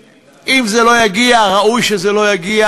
אם זה לא יגיע, ראוי שזה לא יגיע.